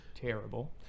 terrible